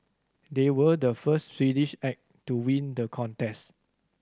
they were the first Swedish act to win the contest